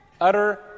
Utter